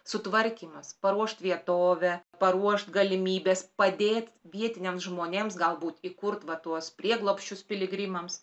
sutvarkymas paruošt vietovę paruošt galimybes padėt vietiniams žmonėms galbūt įkurt va tuos prieglobsčius piligrimams